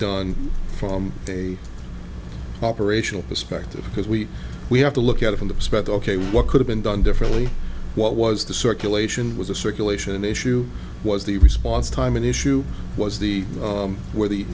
done from a operational perspective because we we have to look at it from the spread ok what could have been done differently what was the circulation was a circulation issue was the response time an issue was the where the